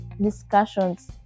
discussions